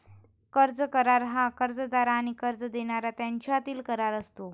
कर्ज करार हा कर्जदार आणि कर्ज देणारा यांच्यातील करार असतो